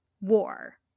war